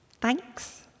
Thanks